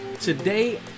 today